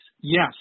Yes